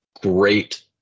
great